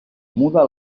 muda